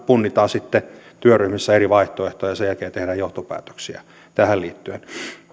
punnitaan sitten työryhmissä eri vaihtoehtoja ja sen jälkeen tehdään johtopäätöksiä tähän liittyen